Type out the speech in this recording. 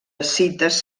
escites